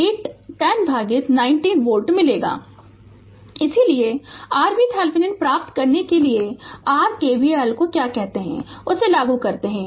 Refer Slide Time 2146 इसलिए r V Thevenin प्राप्त करने के लिए r KVL को क्या कहते हैंउसे लागू करते है